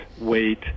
wait